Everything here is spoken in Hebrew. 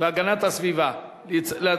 והגנת הסביבה,